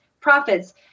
profits